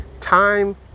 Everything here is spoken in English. time